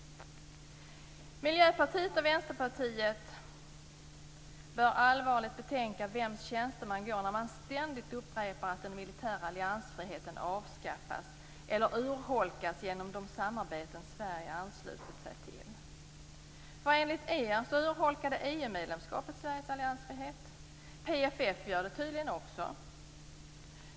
Miljöpartiet och Vänsterpartiet bör allvarligt betänka i vems tjänst man går när man ständigt upprepar att den militära alliansfriheten avskaffas eller urholkas genom de samarbeten Sverige anslutit sig till. Enligt er urholkade EU-medlemskapet Sveriges alliansfrihet. PFF gör det tydligen också.